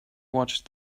watched